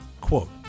Quote